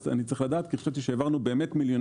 אני צריך לדעת כי חשבתי שהעברנו מיליוני